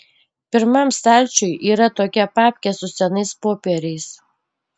pirmam stalčiuj yra tokia papkė su senais popieriais